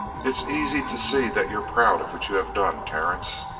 it is easy to see that you're proud of what you have done, terence.